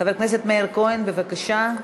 חבר הכנסת מאיר כהן, בבקשה,